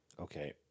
Okay